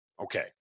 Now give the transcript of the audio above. Okay